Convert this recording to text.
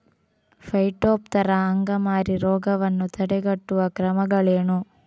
Phytophthora ಅಂಗಮಾರಿ ರೋಗವನ್ನು ತಡೆಗಟ್ಟುವ ಕ್ರಮಗಳೇನು?